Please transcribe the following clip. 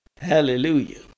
Hallelujah